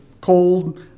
cold